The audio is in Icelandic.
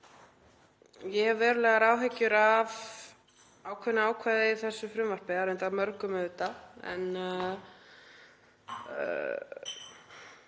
Ég hef verulegar áhyggjur af ákveðnu ákvæði í þessu frumvarpi, eða reyndar mörgum en